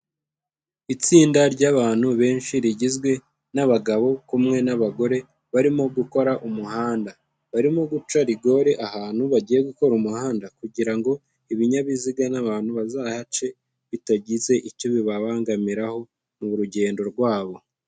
Itsinda ry'abantu benshi rigizwe n'abagabo kumwe n'abagore barimo gukora umuhanda. Barimo guca rigore ahantu bagiye gukora umuhanda, kugira ngo ibinyabiziga n'abantu bazahace bitagize icyo bibabangamiraho mu rugendo rwabo.